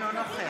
אינו נוכח